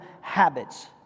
habits